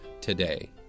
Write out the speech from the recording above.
today